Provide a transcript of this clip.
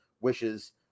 wishes